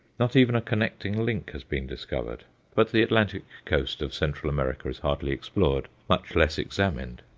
not even a connecting link has been discovered but the atlantic coast of central america is hardly explored, much less examined.